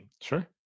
Sure